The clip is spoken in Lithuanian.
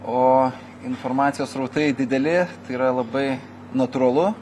o informacijos srautai dideli tai yra labai natūralu